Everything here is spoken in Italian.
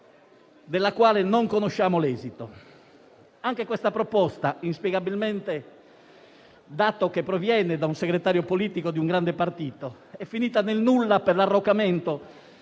della quale non conosciamo l'esito. Anche questa proposta inspiegabilmente, dato che proviene da un segretario politico di un grande partito, è finita nel nulla per l'arroccamento